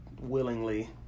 willingly